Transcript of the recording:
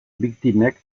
biktimek